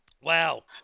Wow